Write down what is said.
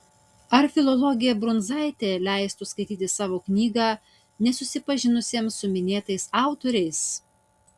ar filologė brundzaitė leistų skaityti savo knygą nesusipažinusiesiems su minėtais autoriais